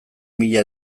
mila